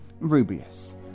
Rubius